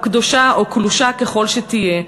קדושה או קלושה ככל שתהיה.